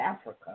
Africa